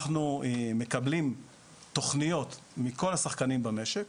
אנחנו מקבלים תוכניות מכל השחקנים במשק,